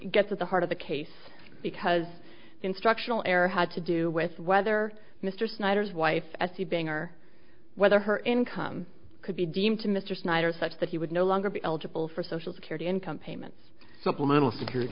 gets at the heart of the case because instructional error had to do with whether mr snyder's wife as he being or whether her income could be deemed to mr snyder such that he would no longer be eligible for social security income payments supplemental security